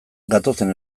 gatozen